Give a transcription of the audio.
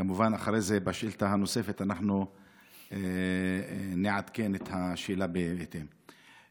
כמובן אחרי זה בשאילתה הנוספת אנחנו נעדכן את השאלה בהתאם.